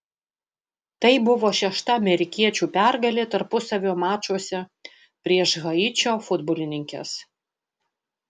tai buvo šešta amerikiečių pergalė tarpusavio mačuose prieš haičio futbolininkes